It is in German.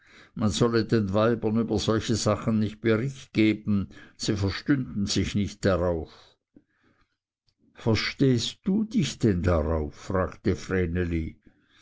man solle den weibern über solche sachen nicht bericht geben sie verstünden sich nicht darauf verstehst du dich denn darauf fragte